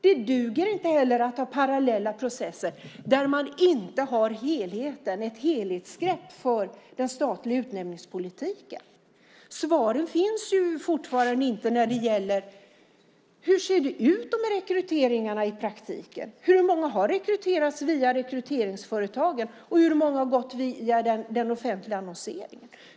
Det duger inte heller att ha parallella processer där man inte har ett helhetsgrepp när det gäller den statliga utnämningspolitiken. Fortfarande finns det inga svar om hur det i praktiken ser ut med rekryteringarna. Hur många har rekryterats via rekryteringsföretagen, och hur många har gått via offentlig annonsering?